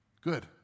Good